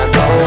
go